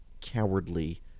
cowardly